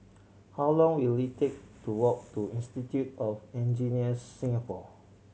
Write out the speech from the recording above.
how long will it take to walk to Institute of Engineers Singapore